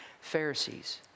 Pharisees